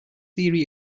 theory